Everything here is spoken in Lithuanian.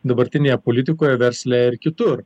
dabartinėje politikoje versle ir kitur